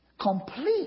complete